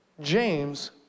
James